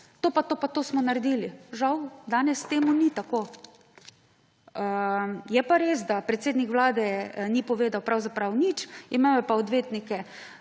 to in to in to smo naredili. Žal danes temu ni tako. Je pa res, da predsednik Vlade ni povedal pravzaprav nič, imel je pa odvetnike